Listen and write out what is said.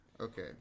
Okay